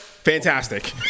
Fantastic